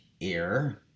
air